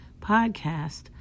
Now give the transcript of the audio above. podcast